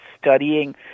studying